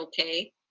okay